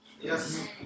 Yes